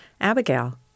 Abigail